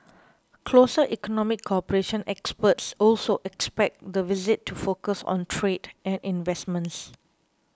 closer economic cooperation Experts also expect the visit to focus on trade and investments